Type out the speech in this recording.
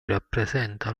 rappresenta